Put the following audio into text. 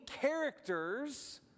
characters